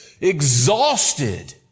exhausted